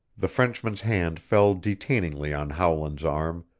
the frenchman's hand fell detainingly on howland's arm,